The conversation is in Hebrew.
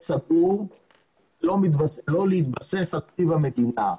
סגור ולא להתבסס על תקציב המדינה.